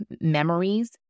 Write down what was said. memories